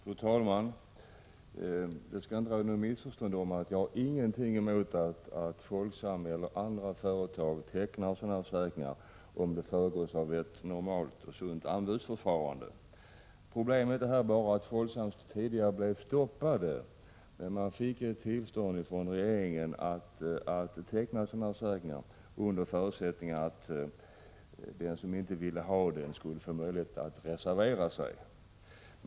Fru talman! För att det inte skall råda några missförstånd vill jag deklarera att jag inte har någonting emot att Folksam eller andra företag tecknar försäkringar om det föregås av ett normalt och sunt anbudsförfarande. Folksams försäkring blev först stoppad, men bolaget fick sedan tillstånd från regeringen att teckna kollektiva försäkringar under förutsättning att den som inte ville ha försäkringen skulle få möjlighet att reservera sig.